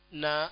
na